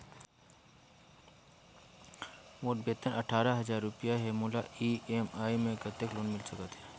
मोर वेतन अट्ठारह हजार रुपिया हे मोला ई.एम.आई मे कतेक लोन मिल सकथे?